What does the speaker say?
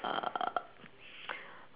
err